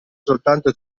soltanto